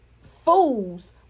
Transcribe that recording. fools